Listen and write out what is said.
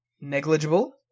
negligible